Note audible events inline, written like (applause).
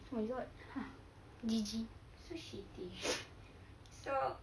oh my god (laughs) G_G (noise)